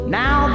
now